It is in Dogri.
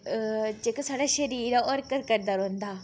जेह्का साढ़ा शरीर ऐ ओह् हरकत करदा रौंह्दा